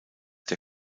der